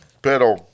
Pero